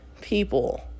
people